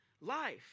life